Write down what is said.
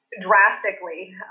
Drastically